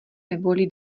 neboli